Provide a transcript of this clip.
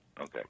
Okay